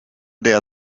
der